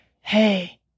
hey